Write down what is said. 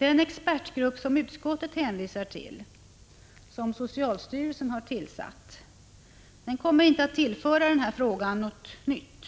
Den expertgrupp utskottet hänvisar till, som socialstyrelsen tillsatt, kommer inte att tillföra denna fråga något nytt,